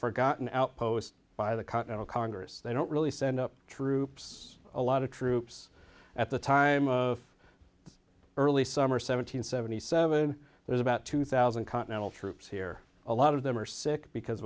forgotten outpost by the continental congress they don't really send up troops a lot of troops at the time of early summer seven hundred seventy seven there's about two thousand continental troops here a lot of them are sick because